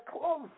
close